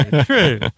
true